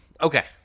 okay